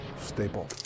staple